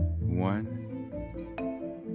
one